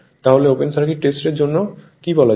তাহলে open circuit টেস্টের জন্য কী বলা যায়